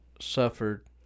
suffered